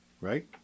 right